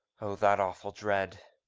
oh that awful dread!